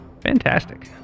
Fantastic